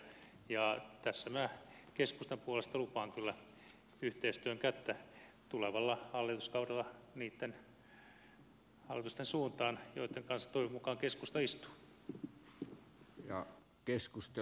ja tässä minä keskustan puolesta lupaan kyllä yhteistyön kättä tulevalla hallituskaudella niitten hallitusten suuntaan joitten kanssa toivon mukaan keskusta istuu